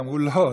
אמרו לו: לא,